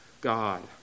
God